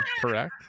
correct